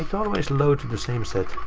always loads the same set.